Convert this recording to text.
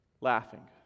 laughing